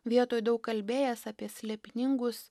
vietoj daug kalbėjęs apie slėpiningus